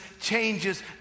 changes